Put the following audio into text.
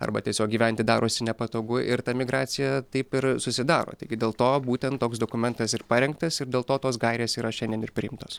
arba tiesiog gyventi darosi nepatogu ir ta migracija taip ir susidaro taigi dėl to būtent toks dokumentas ir parengtas ir dėl to tos gairės yra šiandien ir priimtos